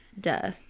Duh